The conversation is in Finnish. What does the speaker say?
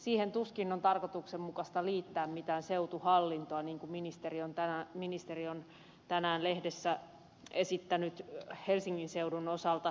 siihen tuskin on tarkoituksenmukaista liittää mitään seutuhallintoa niin kuin ministeri on tänään lehdessä esittänyt helsingin seudun osalta